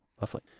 lovely